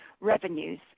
revenues